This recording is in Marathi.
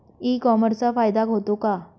ई कॉमर्सचा फायदा होतो का?